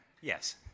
Yes